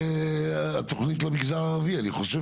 במסגרת התוכנית למגזר הערבי אני חושב